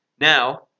Now